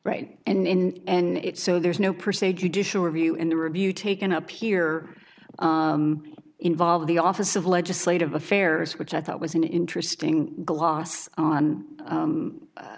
right and in and it so there's no per se judicial review in the review taken up here involve the office of legislative affairs which i thought was an interesting gloss on